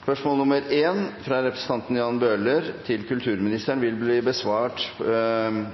– Det anses vedtatt. Endringen var som følger: Spørsmål 1, fra representanten Jan Bøhler til kulturministeren,